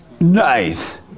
Nice